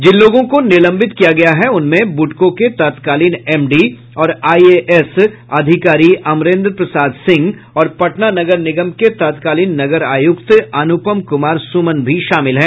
जिन लोगों को निलंबित किया गया है उनमें बूडको के तत्कालीन एमडी और आईएएस अधिकारी अमरेन्द्र प्रसाद सिंह और पटना नगर निगम के तत्कालीन नगर आयुक्त अनुपम कुमार सुमन भी शामिल हैं